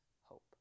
hope